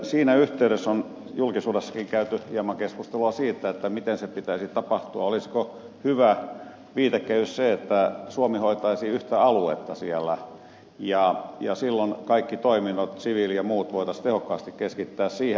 siinä yhteydessä on julkisuudessakin käyty hieman keskustelua siitä miten sen pitäisi tapahtua ja olisiko hyvä viitekehys se että suomi hoitaisi yhtä aluetta siellä ja silloin kaikki toiminnot siviili ja muut voitaisiin tehokkaasti keskittää siihen